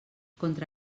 contra